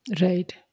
Right